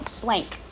blank